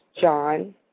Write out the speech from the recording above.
John